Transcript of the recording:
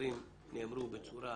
הדברים נאמרו בצורה